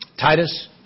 Titus